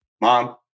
mom